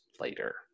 later